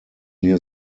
near